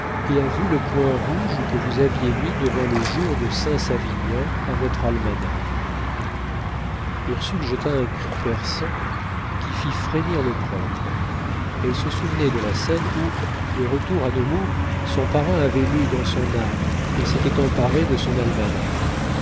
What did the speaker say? et a vu le point rouge que vous aviez mis devant le jour de saint savinien à votre almanach ursule jeta un cri perçant qui fit frémir le prêtre elle se souvenait de la scène où de retour à nemours son parrain avait lu dans son âme et s'était emparé de son almanach